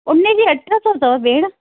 उनजी अठ सौ अथव भेण